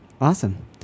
Awesome